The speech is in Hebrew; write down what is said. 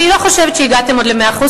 אני לא חושבת שהגעתם כבר ל-100%,